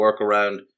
workaround